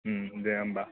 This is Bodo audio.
दे होनबा